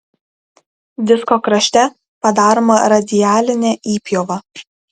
disko krašte padaroma radialinė įpjova